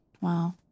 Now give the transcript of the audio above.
Wow